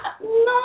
No